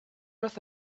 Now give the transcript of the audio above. with